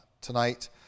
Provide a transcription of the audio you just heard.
tonight